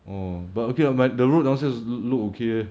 orh but okay lah my the road downstairs look look okay leh